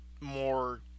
more